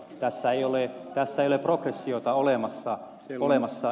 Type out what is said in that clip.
tässä ei ole progressiota olemassa